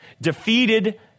defeated